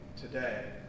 today